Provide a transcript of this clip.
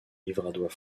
livradois